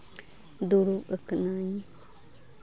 ᱫᱩᱲᱩᱵ ᱟᱠᱟᱱᱟᱹᱧ